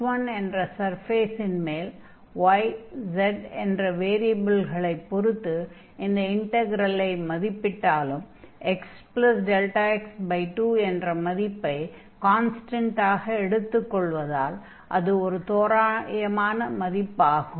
S1 என்ற சர்ஃபேஸின் மேல் y z என்ற வேரியபில்களைப் பொறுத்து இந்த இன்டக்ரெலை மதிப்பிட்டாலும் xδx2 என்ற மதிப்பை கான்ஸ்டன்டாக எடுத்துக் கொள்வதால் அது ஒரு தோராயமான மதிப்பு ஆகும்